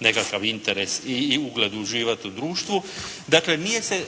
nekakav interes i ugled uživati u društvu. Nije se